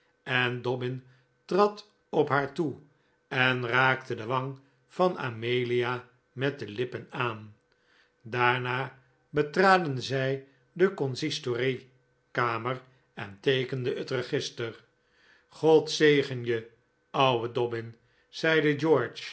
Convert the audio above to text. en dobbin trad op haar toe en raakte de wang van amelia met de lippen aan daarna betraden zij de consistoriekamer en teekenden het register god zegen je ouwe dobbin zeide george